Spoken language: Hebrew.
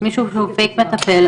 מישהו שהוא 'פייק מטפל',